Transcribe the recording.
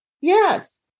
Yes